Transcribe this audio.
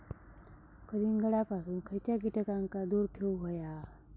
कलिंगडापासून खयच्या कीटकांका दूर ठेवूक व्हया?